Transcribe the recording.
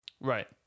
Right